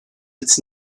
its